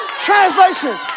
Translation